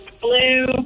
blue